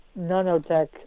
nanotech